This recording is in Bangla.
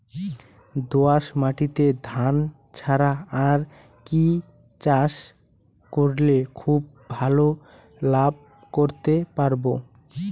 দোয়াস মাটিতে ধান ছাড়া আর কি চাষ করলে খুব ভাল লাভ করতে পারব?